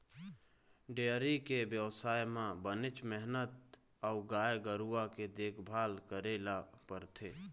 dairy के बेवसाय म बनेच मेहनत अउ गाय गरूवा के देखभाल करे ल परथे